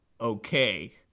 Okay